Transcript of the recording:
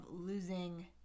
losing